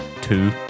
Two